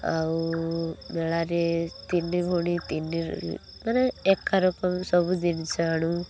ଆଉ ମେଳାରେ ତିନି ଭଉଣୀ ତିନି ମାନେ ଏକା ରକମର ସବୁ ଜିନିଷ ଆଣୁ